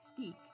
speak